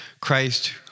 Christ